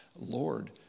Lord